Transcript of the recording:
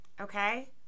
okay